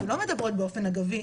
ולא מדברות באופן אגבי,